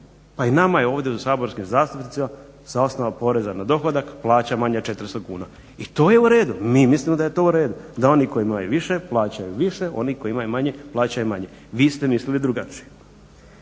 Pa i nama je ovdje saborskim zastupnicima sa osnova poreza na dohodak plaća manja 400 kuna. I to je u redu. Mi mislimo da je to u redu, da oni koji imaju više plaćaju više, oni koji imaju manje, plaćaju manje. Vi ste mislili drugačije.